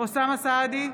אוסאמה סעדי,